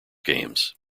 games